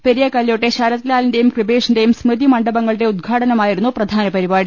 പെരിയ കല്യോട്ടെ ശരത് ലാലിന്റെയും കൃപേഷിന്റെയും സ്മൃതി മണ്ഡപങ്ങളുടെ ഉദ്ഘാടനമായിരുന്നു പ്രധാന പരിപാടി